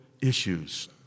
issues